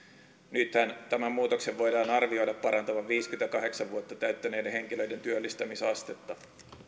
nythän tämän muutoksen voidaan arvioida parantavan viisikymmentäkahdeksan vuotta täyttäneiden henkilöiden työllistämisastetta